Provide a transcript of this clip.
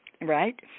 right